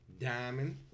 diamond